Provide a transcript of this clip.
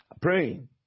praying